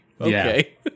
Okay